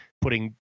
putting